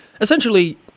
essentially